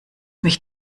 mich